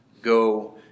Go